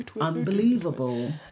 Unbelievable